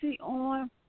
on